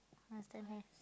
ah still has